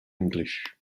english